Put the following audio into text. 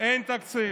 ללימודים,